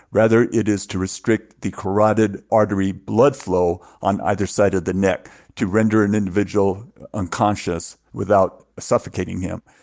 rather, it is to restrict the carotid artery blood flow on either side of the neck to render an individual unconscious without suffocating him.